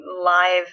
live